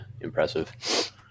impressive